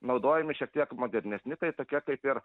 naudojami šiek tiek modernesni tai tokie kaip ir